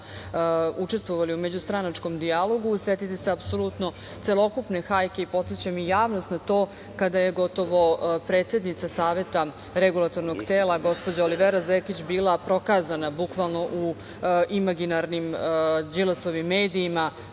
učestvovali u međustranačkom dijalogu. Setite se apsolutno celokupne hajke, podsećam i javnost na to, kada je gotovo predsednica Saveta regulatornog tela, gospođa Olivera Zekić bila prokazana, bukvalno, u imaginarnim Đilasovim medijima,